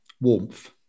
warmth